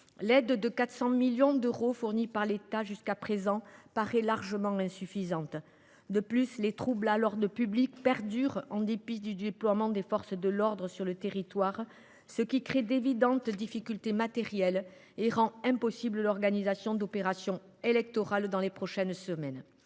l’aide de 400 millions d’euros versée jusqu’à présent par l’État paraît largement insuffisante. De plus, les troubles à l’ordre public perdurent en dépit du déploiement des forces de l’ordre, ce qui crée d’évidentes difficultés matérielles et rend impossible l’organisation d’opérations électorales dans les prochaines semaines.